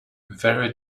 very